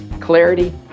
clarity